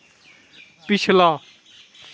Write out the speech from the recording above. पिछला